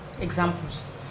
examples